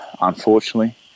unfortunately